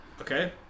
Okay